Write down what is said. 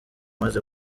imaze